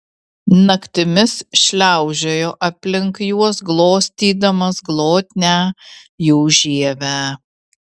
naktimis šliaužiojo aplink juos glostydamas glotnią jų žievę